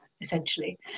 essentially